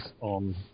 on